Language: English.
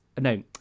no